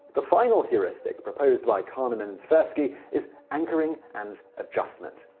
the final heuristic proposed by kahneman and tversky is anchoring and adjustment.